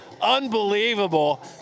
unbelievable